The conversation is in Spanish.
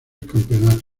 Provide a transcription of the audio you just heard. campeonatos